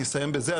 אני אסיים בזה,